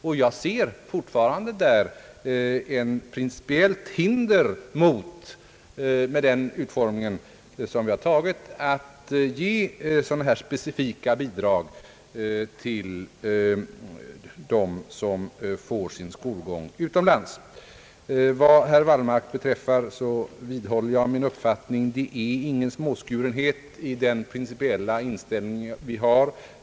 Jag ser där fortfarande ett principiellt hinder, med den utformning som vi har givit reformen, mot att ge specifika bidrag till dem som går i skolan utomlands. Vad herr Wallmark beträffar vidhåller jag min uppfattning att det inte är någon småskurenhet i vår principiella uppfattning.